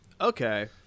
Okay